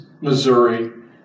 Missouri